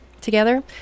together